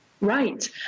Right